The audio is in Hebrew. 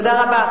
תודה רבה.